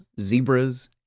zebras